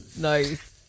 nice